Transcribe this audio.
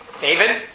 David